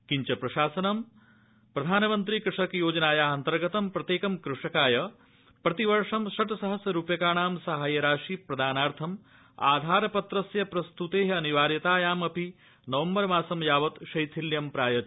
किञ्च प्रशासनं प्रधानमन्त्रि कृषक योजनाया अन्तर्गतं प्रत्येकं कृषकाय प्रतिवर्ष षट् सहस्र रूप्यकाणां साहाय्य राशि प्रदानार्थम् आधार पत्रस्य प्रस्त्ते अनिवार्यतायामपि नॉवेम्बर मासं यावत् शैथिल्यं प्रायच्छत्